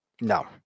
No